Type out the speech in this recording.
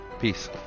Peace